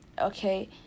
okay